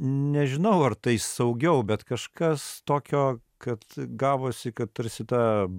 nežinau ar tai saugiau bet kažkas tokio kad gavosi kad tarsi ta